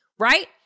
Right